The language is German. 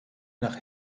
nach